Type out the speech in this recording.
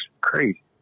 crazy